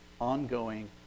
ongoing